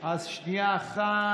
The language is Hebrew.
אז שנייה אחת.